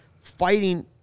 fighting